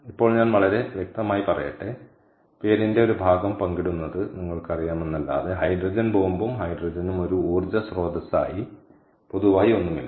ഇപ്പോൾ ഞാൻ വളരെ വ്യക്തമായി പറയട്ടെ പേരിന്റെ ഒരു ഭാഗം പങ്കിടുന്നത് നിങ്ങൾക്കറിയാമെന്നല്ലാതെ ഹൈഡ്രജൻ ബോംബും ഹൈഡ്രജനും ഒരു ഊർജ്ജ സ്രോതസ്സായി പൊതുവായി ഒന്നുമില്ല